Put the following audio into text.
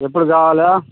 ఎప్పుడు కావాలి